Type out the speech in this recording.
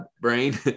brain